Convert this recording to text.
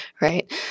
right